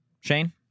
Shane